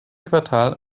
quartal